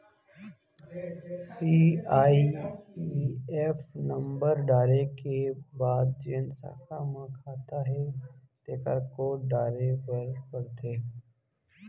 CIF number डारे के बाद जेन साखा म खाता हे तेकर कोड डारे बर परथे